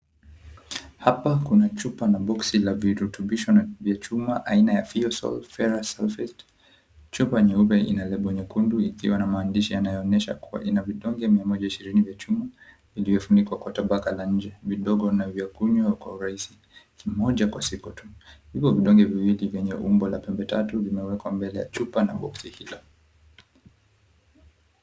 Hapa kuna chupa na boksi la virutubisho vya chuma aina ya, Feosol Ferrous Sulfate. Chupa nyeupe ina lebo nyekundu ikiwa na maandishi yanayoonyesha kuwa ina vidonge mia moja ishirini vya chuma iliyofunikwa kwa tabaka la nje, vidogo na vya kunywa kwa urahisi, kimoja kwa siku tu. Vipo vidonge viwili vyenye umbo ya pembe tatu vimewekwa mbele ya chupa na boksi hilo.